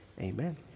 Amen